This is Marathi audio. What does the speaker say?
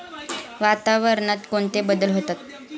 वातावरणात कोणते बदल होतात?